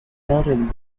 noted